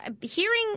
hearing